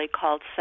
called